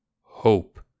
hope